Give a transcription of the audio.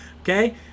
okay